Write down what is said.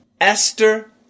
Esther